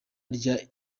rya